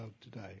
today